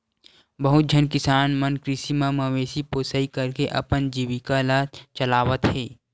बहुत झन किसान मन कृषि म मवेशी पोसई करके अपन जीविका ल चलावत हे